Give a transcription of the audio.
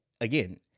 again